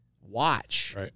watch